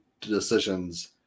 decisions